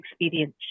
experience